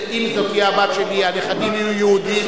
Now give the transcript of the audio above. אם זו תהיה הבת שלי הנכדים שלי יהיו יהודים,